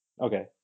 Okay